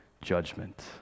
judgment